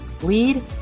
lead